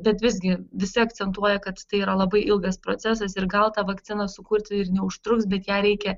bet visgi visi akcentuoja kad tai yra labai ilgas procesas ir gal tą vakciną sukurti ir neužtruks bet ją reikia